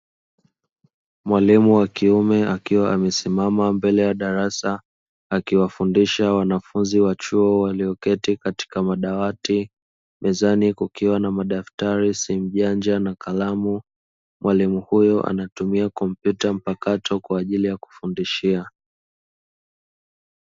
Mwalimu wa kiume akiwa amesimama mbele ya darasa akiwafundisha wanafunzi wa chuo walioketi katika madawati, mezani kukiwa na madaftari, simu janja na kalamu. Mwalimu huyo anatumia kompyuta mpakato kwa ajili ya kufundishia.